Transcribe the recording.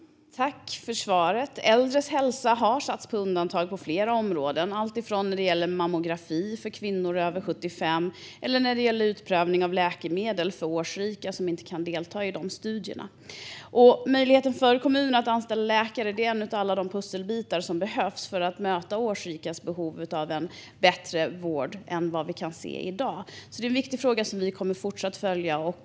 Fru talman! Jag tackar för svaret. Äldres hälsa har satts på undantag på flera områden, alltifrån mammografi för kvinnor över 75 år till utprovning av läkemedel för årsrika som inte kan delta i dessa studier. Möjligheten för kommuner att anställa läkare är en av alla de pusselbitar som behövs för att möta årsrikas behov av en bättre vård än vad vi kan se i dag. Det är en viktig fråga som vi kommer att fortsätta följa.